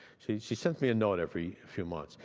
she she sends me a note every few months.